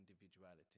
individuality